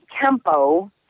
tempo